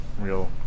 real